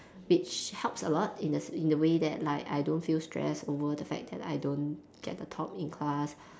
which helps a lot in the in the way that like I don't feel stress over the fact that I don't get the top in class